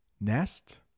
nest